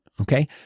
Okay